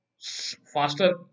faster